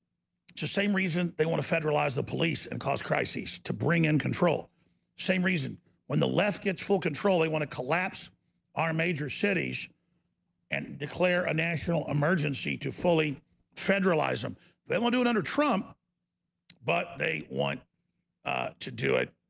same reason they want to federalize the police and cause crises to bring in control same reason when the left gets full control. they want to collapse our major cities and declare a national emergency to fully federalize them they will do it under trump but they want to do it